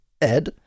Ed